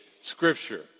scripture